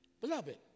Beloved